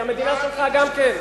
היא המדינה שלך גם כן.